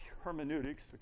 hermeneutics